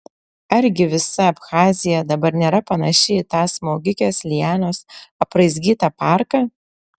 argi visa abchazija dabar nėra panaši į tą smaugikės lianos apraizgytą parką